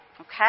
Okay